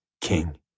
king